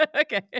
okay